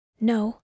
No